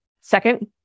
second